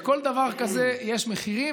לכל דבר כזה יש מחירים,